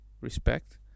respect